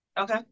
Okay